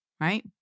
right